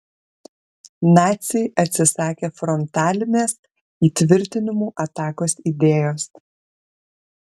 naciai atsisakė frontalinės įtvirtinimų atakos idėjos